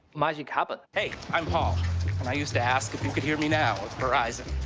magic happened. hey, i'm paul and i used to ask if you could hear me now with verizon.